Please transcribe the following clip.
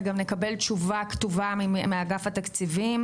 וגם נקבל תשובה כתובה מאגף התקציבים,